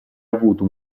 avuto